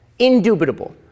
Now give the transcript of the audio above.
indubitable